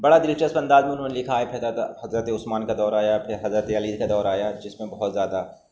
بڑا دلچسپ انداز میں انہوں نے لکھا ہے پھر حضرت عثمان کا دور آیا پھر حضرت علی کا دور آیا جس میں بہت زیادہ